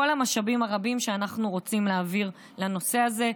המשאבים הרבים שאנחנו רוצים להעביר בנושא הזה.